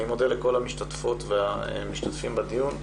אני מודה לכל המשתתפות והמשתתפים בדיון,